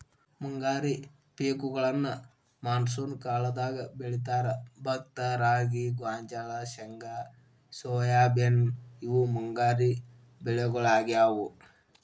ಮುಂಗಾರಿ ಪೇಕಗೋಳ್ನ ಮಾನ್ಸೂನ್ ಕಾಲದಾಗ ಬೆಳೇತಾರ, ಭತ್ತ ರಾಗಿ, ಗೋಂಜಾಳ, ಶೇಂಗಾ ಸೋಯಾಬೇನ್ ಇವು ಮುಂಗಾರಿ ಬೆಳಿಗೊಳಾಗ್ಯಾವು